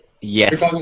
Yes